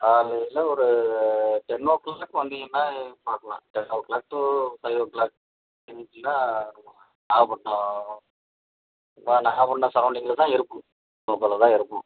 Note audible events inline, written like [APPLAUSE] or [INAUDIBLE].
காலையில் ஒரு ten o'clock வந்தீங்கன்னா பார்க்கலாம் ten o'clock to five O clock [UNINTELLIGIBLE] Nagapattinam எல்லாம் நாகப்பட்டினம் சரௌண்டிங்கில் தான் இருக்கும் லோக்கலில் தான் இருக்கும்